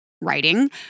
Writing